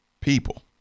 People